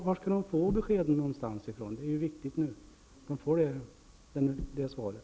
Var skall psykologerna få besked? Det är viktigt att få svar på frågan.